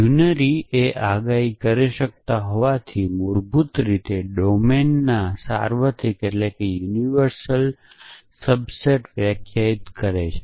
યુનરીએ આગાહી કરી હોવાથી તેઓ મૂળભૂત રીતે ડોમેનના સાર્વત્રિક પ્રવચનનો સબસેટ વ્યાખ્યાયિત કરે છે